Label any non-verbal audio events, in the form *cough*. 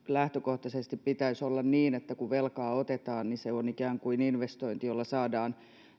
*unintelligible* lähtökohtaisesti pitäisi olla niin että kun velkaa otetaan se on ikään kuin investointi jolla saadaan